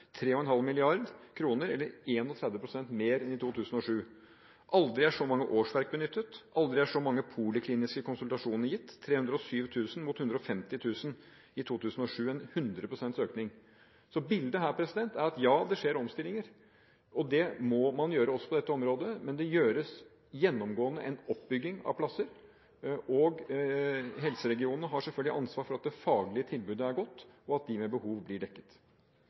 3,5 mrd. kr eller 31 pst. mer enn i 2007. Aldri er så mange årsverk benyttet, aldri er så mange polikliniske konsultasjoner gitt – 307 000 mot 150 000 i 2007, 100 pst. økning. Bildet her er at det skjer omstillinger. Det må man foreta også på dette området, men det gjøres gjennomgående ved en oppbygging av plasser. Og helseregionene har selvfølgelig ansvar for at det faglige tilbudet er godt, og at de med behov får disse dekket.